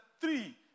three